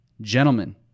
Gentlemen